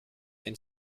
and